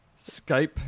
Skype